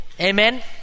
Amen